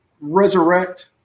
resurrect